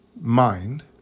mind